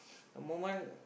the moment